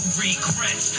regrets